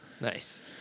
Nice